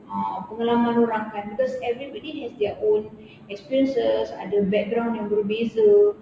ah pengalaman orang kan cause everybody has their own experiences ada background yang berbeza